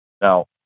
Now